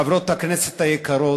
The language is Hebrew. חברות הכנסת היקרות,